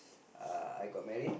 uh I got married